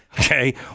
Okay